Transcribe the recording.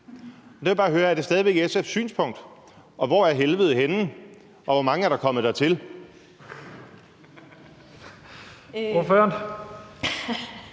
vil jeg bare høre: Er det stadig væk SF's synspunkt, og hvor er Helvede henne, og hvor mange er der kommet dertil?